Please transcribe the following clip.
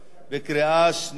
בקריאה שנייה.